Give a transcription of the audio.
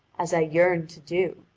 as i yearned to do.